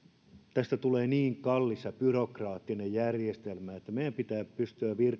tästä tulee niin kallis ja byrokraattinen järjestelmä että meidän pitää pystyä